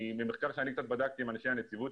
אני בדקתי קצת עם אנשי הנציבות,